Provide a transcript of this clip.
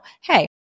Hey